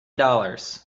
dollars